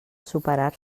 superar